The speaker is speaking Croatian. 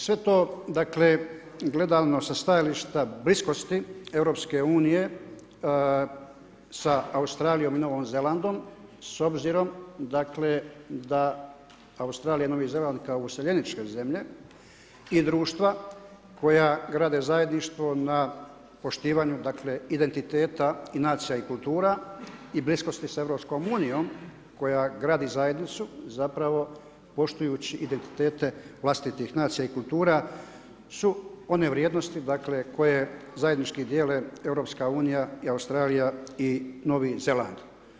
Sve to dakle gledano sa stajališta bliskosti EU sa Australijom i Novim Zelandom, s obzirom dakle da Australija i Novi Zeland kao useljeničke zemlje i društva koja grade zajedništvo na poštivanju, dakle identiteta i nacija i kulture a bliskosti sa EU koja gradi zajednicu zapravo poštujući identitete vlastitih nacija i kultura su one vrijednosti dakle koje zajednički dijele EU i Australija i Novi Zeland.